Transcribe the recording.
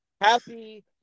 Happy